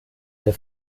der